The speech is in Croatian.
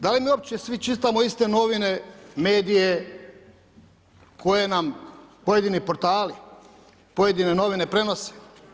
Da li mi uopće svi čitamo iste novine, medije, koje nam pojedini portali, pojedine novine prenose?